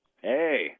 Hey